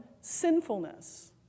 sinfulness